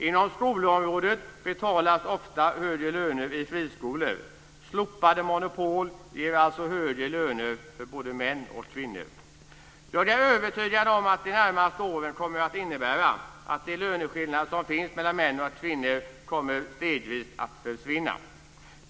Inom skolområdet betalas ofta högre löner i friskolor. Slopade monopol ger alltså högre löner för både män och kvinnor. Jag är övertygad om att de närmaste åren kommer att innebära att de löneskillnader som finns mellan män och kvinnor stegvis kommer att försvinna.